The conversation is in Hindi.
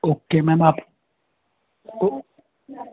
ओके मैम आप मै